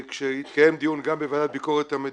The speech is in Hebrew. כשהתקיים דיון גם בוועדת ביקורת המדינה.